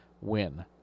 win